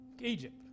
Egypt